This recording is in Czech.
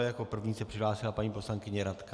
Jako první se přihlásila paní poslankyně Radka...